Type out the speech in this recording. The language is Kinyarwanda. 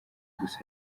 gusa